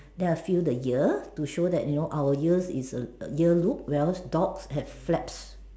then I feel the ear to show that you know our ears is err earlobes where as dogs have flat